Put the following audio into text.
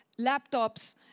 laptops